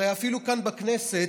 הרי אפילו כאן בכנסת,